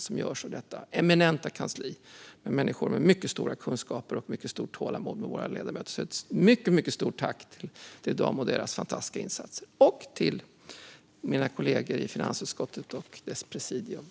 Arbetet görs av detta eminenta kansli, där det finns människor med mycket stora kunskaper och stort tålamod med oss ledamöter. Ett mycket stort tack till dem för deras fantastiska insatser. Vidare tackar jag mina kollegor i finansutskottet och presidiet.